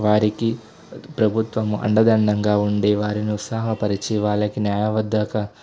వారికి ప్రభుత్వం అండదండగా ఉండి వారిని ఉత్సాహపరచి వాళ్ళకి న్యాయబద్ధంగా